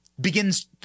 begins